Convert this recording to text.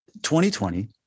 2020